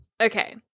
Okay